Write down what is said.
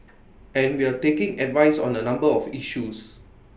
and we're taking advice on A number of issues